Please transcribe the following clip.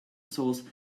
source